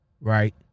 Right